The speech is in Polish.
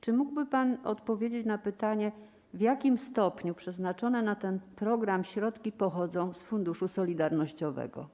Czy mógłby pan odpowiedzieć na pytanie, w jakim stopniu przeznaczone na ten program środki pochodzą z Funduszu Solidarnościowego?